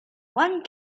one